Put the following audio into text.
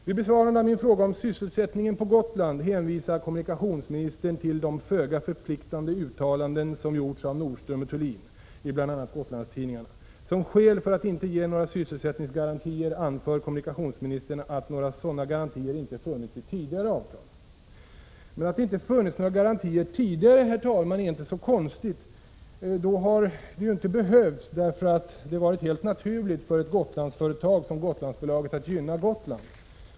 Vid besvarandet av min fråga om sysselsättningen på Gotland hänvisar kommunikationsministern till de föga förpliktande uttalanden som gjorts av Nordström & Thulin i bl.a. Gotlandstidningarna. Som skäl för att inte ge några sysselsättningsgarantier anför kommunikationsministern att några sådana garantier inte funnits i tidigare avtal. Men att det inte funnits några garantier tidigare, herr talman, är inte så konstigt. Då har de ju inte behövts, därför att det varit helt naturligt för ett Gotlandsföretag som Gotlandsbolaget att gynna Gotland.